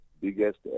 biggest